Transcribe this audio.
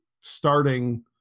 starting